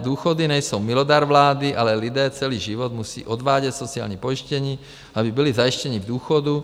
Důchody nejsou milodar vlády, ale lidé celý život musí odvádět sociální pojištění, aby byli zajištěni v důchodu.